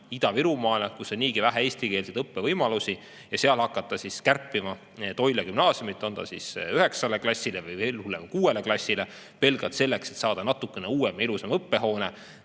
Ida-Virumaale, kus on niigi vähe eestikeelse õppe võimalusi, ja seal hakata kärpima Toila Gümnaasiumi, olgu üheksale klassile või veel hullem, kuuele klassile pelgalt selleks, et saada natuke uuem ja ilusam õppehoone,